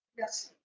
yes.